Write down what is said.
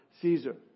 Caesar